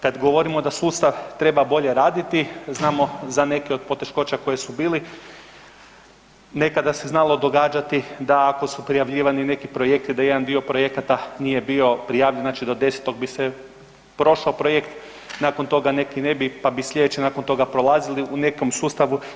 Kad govorimo da sustav treba bolje raditi znamo za neke od poteškoća koje su bili, nekada se znalo događati da ako su prijavljivani neki projekti da jedan dio projekata nije bio prijavljen, znači do 10. bi prošao projekt, nakon toga neki ne bi, pa bi slijedeći nakon toga prolazili u nekom sustavu.